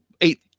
eight